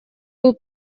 был